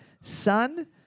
son